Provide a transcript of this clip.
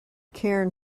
cairn